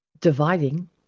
dividing